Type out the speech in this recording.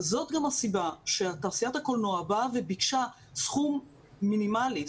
זאת גם הסיבה שתעשיית הקולנוע באה וביקשה סכום מינימלי,